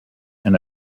and